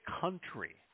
country